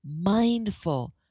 mindful